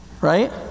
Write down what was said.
right